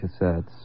cassettes